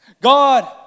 God